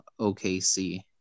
OKC